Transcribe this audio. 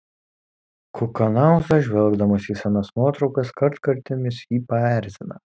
kukanauza žvelgdamas į senas nuotraukas kartkartėmis jį paerzina